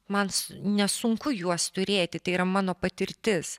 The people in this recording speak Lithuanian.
man nesunku juos turėti tai yra mano patirtis